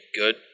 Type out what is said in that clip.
good